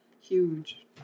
Huge